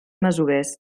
masovers